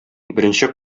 беренче